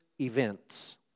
events